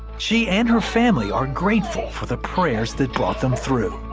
she and her family are grateful for the prayers that brought them through.